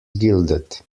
gilded